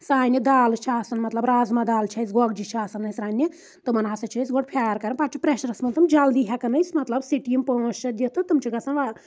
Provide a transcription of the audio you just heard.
سانہِ دالہٕ چھِ آسان مطلب رَزما دالہٕ چھِ آسان گۄگجہِ چھِ آسان اَسہِ رَننہِ تِمن ہسا چھ أسۍ گۄڈٕ پھیار کَڑان پَتہٕ چھُ پرؠشس منٛز تِم جلدی ہٮ۪کان أسۍ مطلب سِٹیٖم پانژھ شےٚ دِتھ تِم چھِ گَژھان